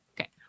Okay